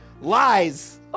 lies